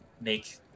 make